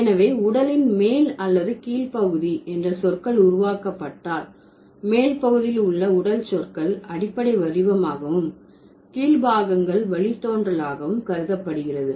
எனவே உடலின் மேல் அல்லது கீழ் பகுதி என்ற சொற்கள் உருவாக்கப்பட்டால் மேல் பகுதியில் உள்ள உடல் சொற்கள் அடிப்படை வடிவமாகவும் கீழ் பாகங்கள் வழித்தோன்றலாகவும் கருதப்படுகிறது